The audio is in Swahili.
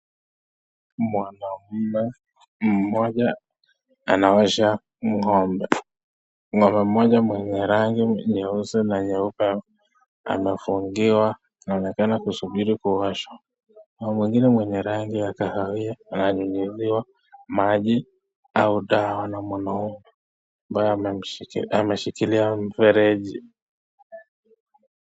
Mwanamume mmoja anaosha ng'ombe.Ng'ombe mmoja mwenye rangi nyeusi na nyeupe amefungiwa ananonekana kusubiri kuoshwa na mwingine mwenye rangi ya kahawia ananyunyiziwa maji au dawa na mwanamume ambaye ameshikilia mfereji.